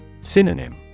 Synonym